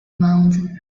mountain